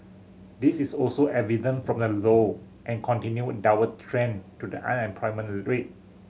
this is also evident from the low and continued downward trend to the unemployment rate